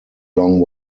long